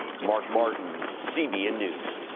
mark martin, cbn news.